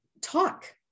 talk